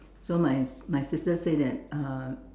so my my sister say that uh